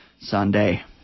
Sunday